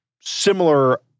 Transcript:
similar